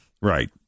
Right